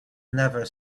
never